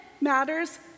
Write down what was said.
matters